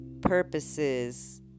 purposes